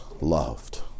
loved